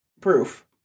proof